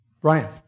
Brian